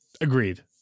Agreed